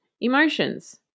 emotions